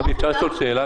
גבי, אפשר לשאול שאלה?